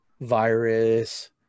virus